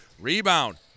Rebound